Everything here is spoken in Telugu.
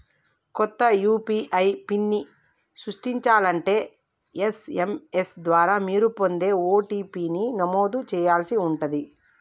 కొత్త యూ.పీ.ఐ పిన్ని సృష్టించాలంటే ఎస్.ఎం.ఎస్ ద్వారా మీరు పొందే ఓ.టీ.పీ ని నమోదు చేయాల్సి ఉంటాది